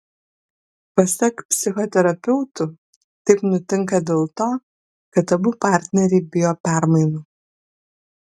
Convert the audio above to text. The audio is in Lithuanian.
pasak psichoterapeutų taip nutinka dėl to kad abu partneriai bijo permainų